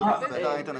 באתר האינטרנט.